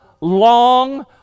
long